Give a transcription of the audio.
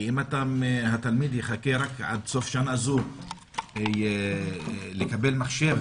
כי אם התלמיד יחכה עד סוף שנה זו לקבל מחשב